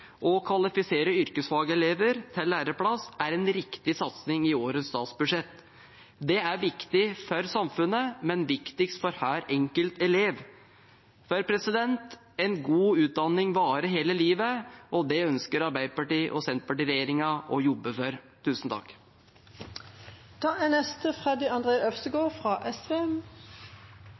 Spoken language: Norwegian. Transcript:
å kvalifisere yrkesfagelever til læreplass er en riktig satsing i årets statsbudsjett. Det er viktig for samfunnet, men viktigst for hver enkelt elev. En god utdanning varer hele livet, og det ønsker Arbeiderparti–Senterparti-regjeringen å jobbe for. Noe av det som er